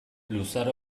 luzaro